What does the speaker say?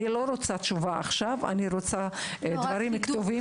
אני לא רוצה תשובה עכשיו, אני רוצה דברים כתובים.